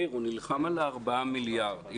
הוא נלחם על ארבעה מיליארד השקלים.